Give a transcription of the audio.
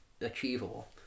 achievable